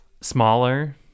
smaller